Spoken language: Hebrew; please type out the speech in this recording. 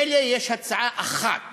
מילא אם יש הצעה אחת